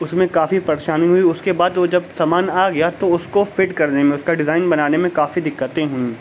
اس میں کافی پریشانی ہوئی اس کے بعد وہ جب سامان آ گیا تو اس کو فٹ کرنے میں اس کا ڈیزائن بنانے میں کافی دکتیں ہوئی